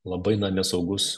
labai na nesaugus